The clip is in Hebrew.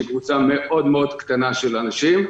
היא קבוצה מאוד מאוד קטנה של אנשים,